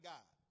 God